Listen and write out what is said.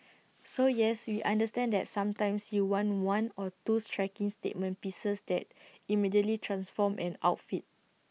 so yes we understand that sometimes you want one or two striking statement pieces that immediately transform an outfit